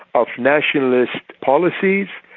of nationalist policies,